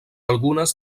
algunes